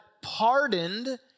pardoned